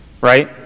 right